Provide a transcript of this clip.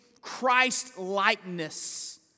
Christ-likeness